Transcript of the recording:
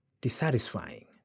dissatisfying